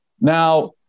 Now